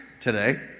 today